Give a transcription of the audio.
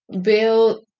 build